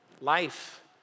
life